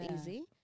easy